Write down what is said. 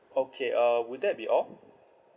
okay uh would that be all